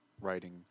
writing